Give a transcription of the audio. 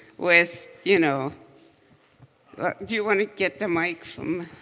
with you know do you want to get the microphone?